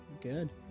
Good